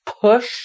push